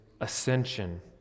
ascension